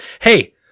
Hey